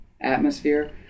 atmosphere